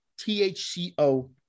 THCO